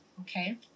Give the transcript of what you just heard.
Okay